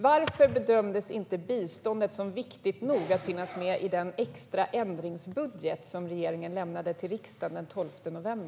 Varför bedömdes inte biståndet som viktigt nog att finnas med i den extra ändringsbudget som regeringen lämnade till riksdagen den 12 november?